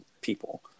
people